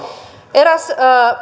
eräs